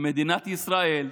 במדינת ישראל,